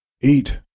Eat